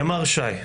ימ"ר ש"י,